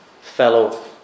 fellow